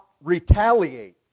retaliate